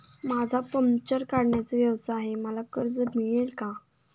माझा पंक्चर काढण्याचा व्यवसाय आहे मला कर्ज मिळेल का?